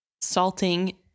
salting